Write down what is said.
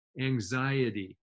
anxiety